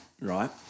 right